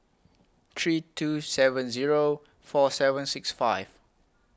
three two seven Zero four seven six five